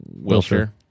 Wilshire